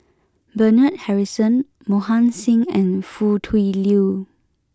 Bernard Harrison Mohan Singh and Foo Tui Liew